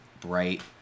bright